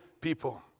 people